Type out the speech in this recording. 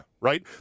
right